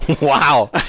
Wow